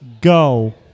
Go